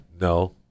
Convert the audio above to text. No